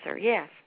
yes